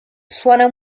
suona